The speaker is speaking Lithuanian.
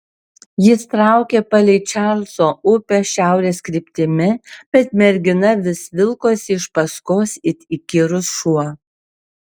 jis traukė palei čarlzo upę šiaurės kryptimi bet mergina vis vilkosi iš paskos it įkyrus šuo